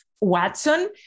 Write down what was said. Watson